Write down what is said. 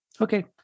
Okay